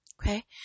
Okay